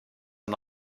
and